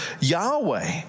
Yahweh